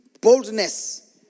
boldness